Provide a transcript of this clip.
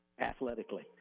athletically